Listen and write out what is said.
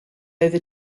over